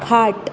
खाट